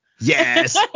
Yes